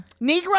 negro